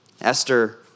Esther